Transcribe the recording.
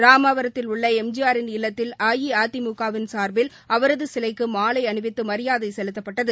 ராமவரத்தில் உள்ளஸ்ஜிஆரின் இல்லத்தில் அஇஅதிமுகவின் சார்பில் அவரதுசிலைக்குமாலைஅணிவித்துமரியாதைசெலுத்தப்பட்டது